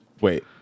Wait